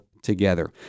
Together